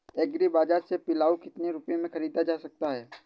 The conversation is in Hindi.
एग्री बाजार से पिलाऊ कितनी रुपये में ख़रीदा जा सकता है?